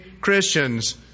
Christians